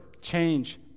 change